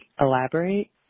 elaborate